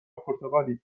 پرتغالیم